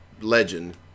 legend